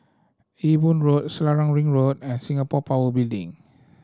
Ewe Boon Road Selarang Ring Road and Singapore Power Building